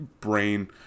brain